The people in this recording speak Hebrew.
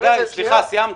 סיימת.